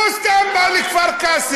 לא, סתם, בא לכפר-קאסם,